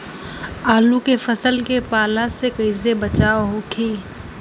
आलू के फसल के पाला से कइसे बचाव होखि?